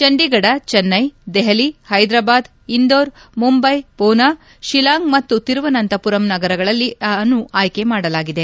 ಚಂಡೀಗಢ ಚೆನ್ನೈ ದೆಹಲಿ ಹೈದ್ರಾಬಾದ್ ಇಂದೋರ್ ಮುಂಬೈ ಪುನಾ ಶಿಲಾಂಗ್ ಮತ್ತು ತಿರುವನಂತಪುರಂ ನಗರವನ್ನು ಆಯ್ಕೆ ಮಾಡಲಾಗಿದೆ